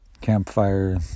campfire